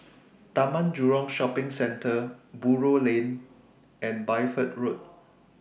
Taman Jurong Shopping Centre Buroh Lane and Bideford Road